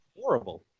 horrible